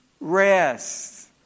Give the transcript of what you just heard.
rest